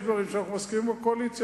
יש דברים שבהם אנחנו מסכימים עם הקואליציה,